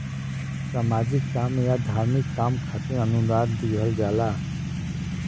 सामाजिक काम या धार्मिक काम खातिर अनुदान दिहल जाला